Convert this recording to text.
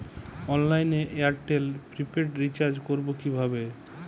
অনলাইনে এয়ারটেলে prepaid recharge করবো কিভাবে?